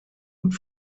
und